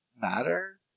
matter